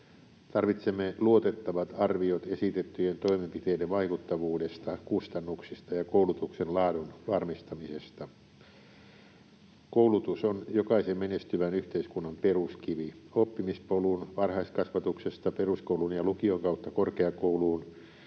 Tarvitsemme luotettavat arviot esitettyjen toimenpiteiden vaikuttavuudesta, kustannuksista ja koulutuksen laadun varmistamisesta. Koulutus on jokaisen menestyvän yhteiskunnan peruskivi. Oppimispolun varhaiskasvatuksesta peruskoulun ja lukion kautta korkeakouluun